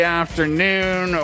afternoon